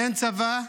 אין צבא,